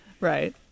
Right